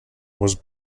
was